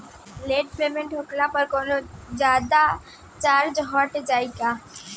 Late payment होला पर कौनोजादे चार्ज कट जायी का?